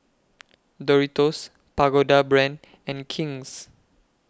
Doritos Pagoda Brand and King's